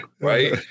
Right